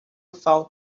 found